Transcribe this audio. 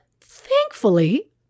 thankfully